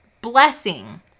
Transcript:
blessing